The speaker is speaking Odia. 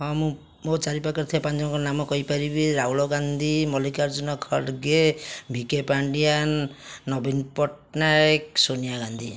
ହଁ ମୁଁ ମୋ ଚାରିପାଖରେ ଥିବା ପାଞ୍ଚ ଜଣଙ୍କର ନାମ କହିପାରିବି ରାହୁଲ ଗାନ୍ଧୀ ମଲ୍ଲିକାର୍ଜୁନ ଖଡ଼ଗେ ଭିକେ ପାଣ୍ଡିଆନ ନବୀନ ପଟନାୟକ ସୋନିଆ ଗାନ୍ଧୀ